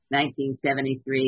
1973